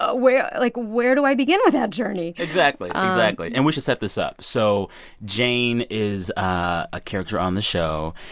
ah where like where do i begin with that journey? exactly, ah exactly. and we should set this up. so jane is a character on the show.